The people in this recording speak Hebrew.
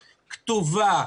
כתובה,